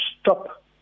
stop